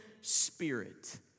spirit